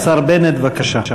השר בנט, בבקשה.